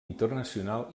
internacional